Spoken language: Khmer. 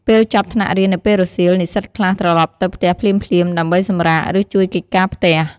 ពេលចប់ថ្នាក់រៀននៅពេលរសៀល និស្សិតខ្លះ ត្រឡប់ទៅផ្ទះភ្លាមៗ ដើម្បីសម្រាក ឬជួយកិច្ចការផ្ទះ។